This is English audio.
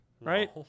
right